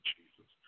Jesus